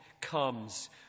comes